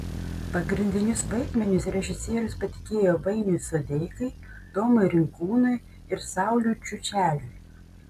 pagrindinius vaidmenis režisierius patikėjo vainiui sodeikai tomui rinkūnui ir sauliui čiučeliui